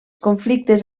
conflictes